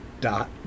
Dot